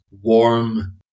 warm